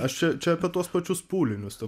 aš čia čia apie tuos pačius pūlinius ta